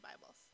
Bibles